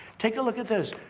take a look at this.